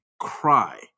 cry